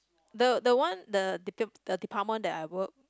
the the one the depa~ department that I work